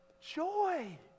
Joy